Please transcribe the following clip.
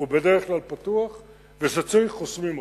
הוא בדרך כלל פתוח, וכשצריך חוסמים אותו.